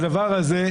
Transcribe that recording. הדבר הזה,